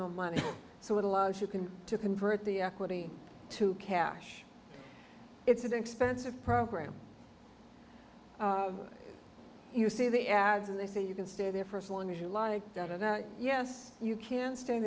no money so it allows you can to convert the equity to cash it's an expensive program you see the ads and they say you can stay there for so long as you lie down and yes you can stay